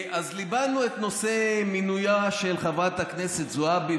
אז ליבנו את נושא מינויה של חברת הכנסת זועבי,